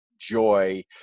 joy